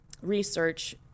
research